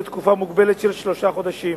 לתקופה מוגבלת של שלושה חודשים.